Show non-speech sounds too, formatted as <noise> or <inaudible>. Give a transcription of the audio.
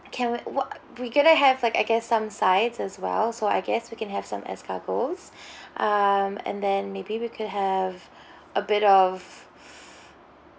can we what we're going to have like I guess some sides as well so I guess we can have some escargots <breath> um and then maybe we could have <breath> a bit of <breath>